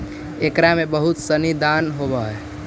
एकरा में बहुत सनी दान होवऽ हइ